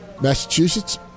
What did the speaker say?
Massachusetts